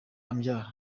umbyara